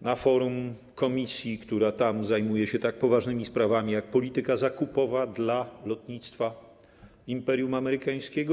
na forum komisji, która tam zajmuje się tak poważnymi sprawami jak polityka zakupowa dla lotnictwa imperium amerykańskiego.